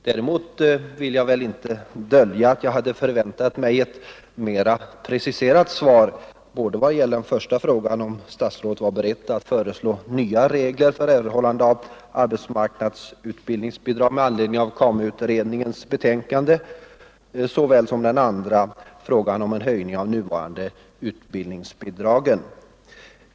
Däremot vill jag väl inte dölja att jag hade förväntat mig ett mera preciserat svar både vad gäller den första frågan om statsrådet var beredd att föreslå nya regler för erhållande av arbetsmarknadsutbildningsbidrag med anledning av KAMU:s betänkande och i vad gäller den andra frågan om höjning av de nuvarande utbildningsbidragen.